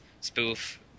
spoof